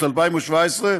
דיכטר, בבקשה.